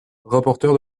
rapporteur